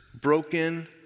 broken